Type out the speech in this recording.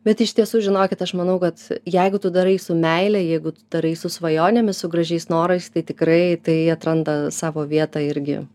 bet iš tiesų žinokit aš manau kad jeigu tu darai su meile jeigu tu darai su svajonėmis su gražiais norais tai tikrai tai atranda savo vietą irgi